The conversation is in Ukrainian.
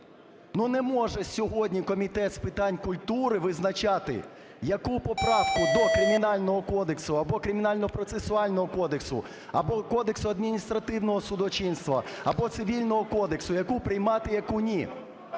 Ну, не може сьогодні Комітет з питань культури визначати, яку поправку до Кримінального кодексу або Кримінально-процесуального кодексу, або Кодексу адміністративного судочинства, або Цивільного кодексу, яку приймати, яку ні.